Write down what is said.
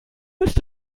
ist